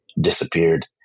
disappeared